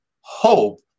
hope